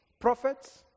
prophets